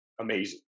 amazing